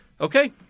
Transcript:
Okay